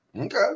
Okay